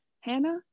Hannah